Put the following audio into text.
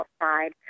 outside